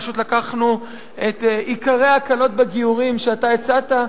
פשוט לקחנו את עיקרי ההקלות בגיורים שאתה הצעת,